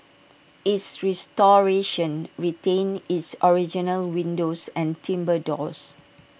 its restoration retained its original windows and timbre doors